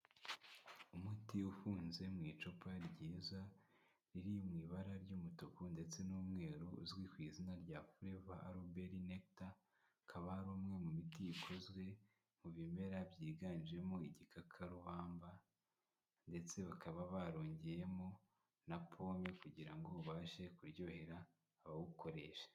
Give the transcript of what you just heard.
Umuti ufunze mu icupa ryiza riri mu ibara ry'umutuku ndetse n'umweru uzwi ku izina rya flavralbernecto akaba ari umwe mu miti ikozwe mu bimera byiganjemo igikakaruhamba ndetse bakaba barongeyemo na pome kugira ngo ubashe kuryohera abawukoresha.